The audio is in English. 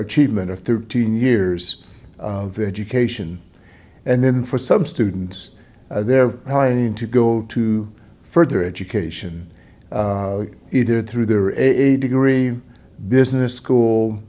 achievement of thirteen years of education and then for some students they're trying to go to further education either through there is a degree business school